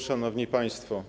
Szanowni Państwo!